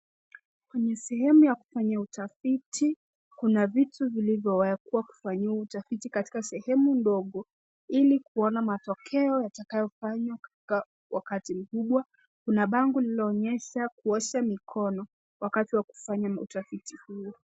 Kwenye sehemu ya kufanyia utafiti, kuna vitu vilivyowekwa kufanyiwa utafiti katika sehemu ndogo, ili kuona matokeo yatakayofanywa wakati mkubwa. Kuna bango lililoonyesha kuosha mikono wakati wa kufanya utafiti hii.